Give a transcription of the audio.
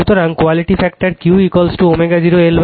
সুতরাং quality factor Qω0 LR